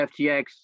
FTX